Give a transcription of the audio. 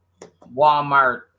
Walmart